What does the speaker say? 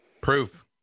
Proof